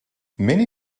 many